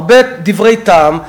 הרבה דברי טעם.